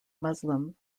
muslim